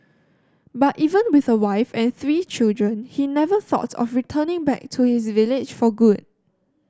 but even with a wife and three children he never thought of returning back to his village for good